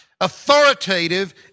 authoritative